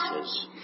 says